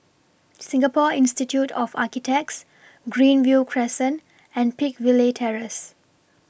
Singapore Institute of Architects Greenview Crescent and Peakville Terrace